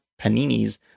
paninis